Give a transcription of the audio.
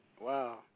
Wow